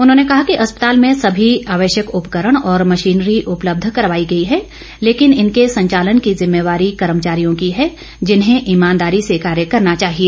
उन्होंने कहा कि अस्पताल में सभी आवश्यक उपकरण और मशीनरी उपलब्ध करवाई गई है लेकिन इनके संचालन की जिम्मेवारी कर्मचारियों की है जिन्हें ईमानदारी से कार्य करना चाहिए